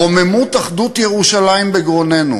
רוממות אחדות ירושלים בגרוננו,